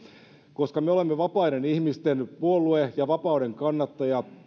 koska me olemme vapaiden ihmisten puolue ja vapauden kannattajia